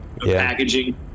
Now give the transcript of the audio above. packaging